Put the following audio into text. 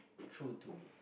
true to it